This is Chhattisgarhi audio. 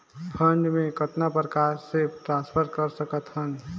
फंड मे कतना प्रकार से ट्रांसफर कर सकत हन?